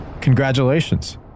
Congratulations